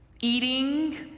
eating